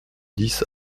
dix